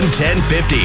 1050